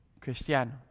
cristiano